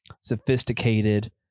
sophisticated